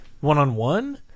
One-on-one